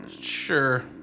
Sure